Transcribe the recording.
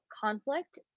conflict